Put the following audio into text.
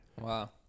wow